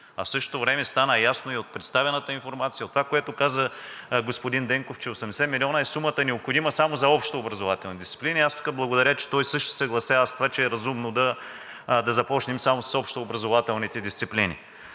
а в същото време стана ясно и от представената информация – от това, което каза господин Денков, че 80 милиона е сумата, необходима само за общообразователни дисциплини. Аз тук благодаря, че той също се съгласява с това, че е разумно да започнем само с общообразователните дисциплини.